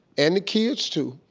and the kids too,